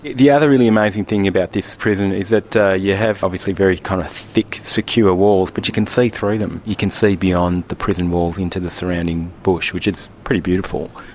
the other really amazing thing about this prison is that you have obviously very kind of thick secure walls, but you can see through them, you can see beyond the prison walls into the surrounding bush, which is pretty beautiful.